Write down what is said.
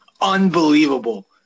unbelievable